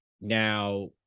Now